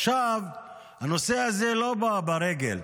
עכשיו, הנושא הזה לא בא ברגל.